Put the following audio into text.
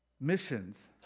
Missions